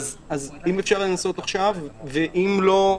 אפשר, ננסה עכשיו, ואם לא,